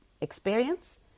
experience